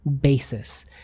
basis